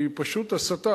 היא פשוט הסתה.